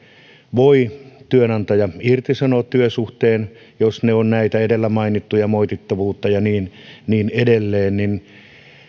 voi työnantaja irtisanoa työsuhteen jos on tätä edellä mainittua moitittavuutta ja niin niin edelleen